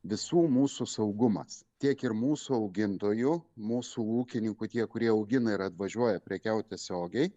visų mūsų saugumas tiek ir mūsų augintojų mūsų ūkininkų tie kurie augina ir atvažiuoja prekiaut tiesiogiai